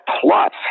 plus